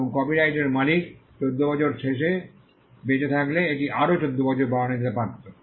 এবং কপিরাইটের মালিক 14 বছরের শেষে বেঁচে থাকলে এটি আরও 14 বছর বাড়ানো যেতে পারে